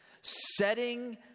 setting